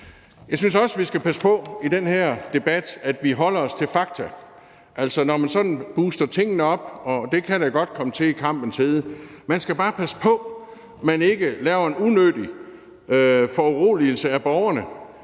den her debat skal passe på, sådan at vi holder os til fakta. Altså, når man sådan puster tingene op, og det kan man godt komme til i kampens hede, skal man bare passe på, man ikke laver en unødig foruroligelse af borgerne.